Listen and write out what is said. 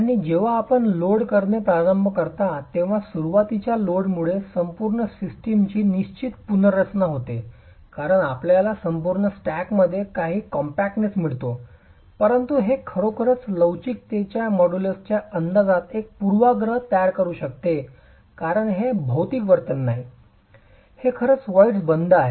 आणि जेव्हा आपण लोड करणे प्रारंभ करता तेव्हा सुरुवातीच्या लोडमुळे संपूर्ण सिस्टमची निश्चित पुनर्रचना होते कारण आपल्याला संपूर्ण स्टॅकमध्ये काही कॉम्पॅक्टनेस मिळते परंतु हे खरोखर लवचिकतेच्या मॉड्यूलसच्या अंदाजात एक पूर्वाग्रह तयार करू शकते कारण हे भौतिक वर्तन नाही हे खरंच व्हॉईड बंद आहे